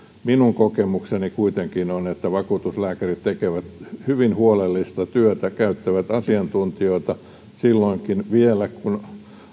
minun kokemukseni kuitenkin on että vakuutuslääkärit tekevät hyvin huolellista työtä käyttävät asiantuntijoita silloinkin vielä kun